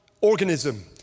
organism